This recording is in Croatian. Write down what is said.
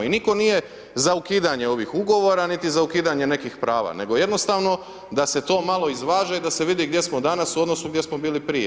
I nitko nije za ukidanje ovih ugovora niti za ukidanje nekih prava, nego jednostavno da se to malo izvaže da se vidi gdje smo danas u odnosu gdje smo bili prije.